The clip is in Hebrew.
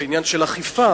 זה עניין של אכיפה.